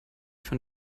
von